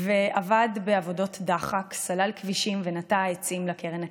ועבד בעבודות דחק: סלל כבישים ונטע עצים לקרן הקיימת.